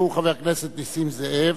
והוא חבר הכנסת נסים זאב.